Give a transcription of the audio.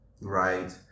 right